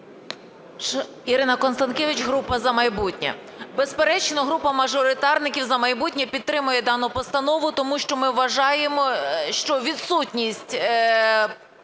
Ірина Констанкевич, група "За майбутнє". Безперечно, група мажоритарників "За майбутнє" підтримує дану постанову, тому що ми вважаємо, що відсутність